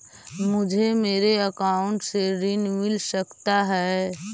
मुझे मेरे अकाउंट से ऋण मिल सकता है?